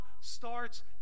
starts